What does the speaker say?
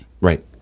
Right